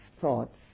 thoughts